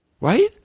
Right